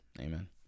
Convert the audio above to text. Amen